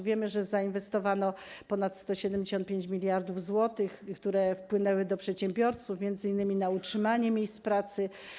Wiemy, że zainwestowano ponad 175 mld zł, które wpłynęły do przedsiębiorców, m.in. na utrzymanie miejsc pracy.